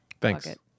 thanks